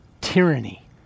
tyranny